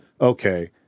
okay